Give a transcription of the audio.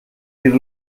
dir